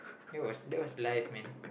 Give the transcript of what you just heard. that was that was life man